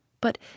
but